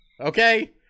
okay